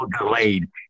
delayed